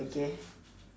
okay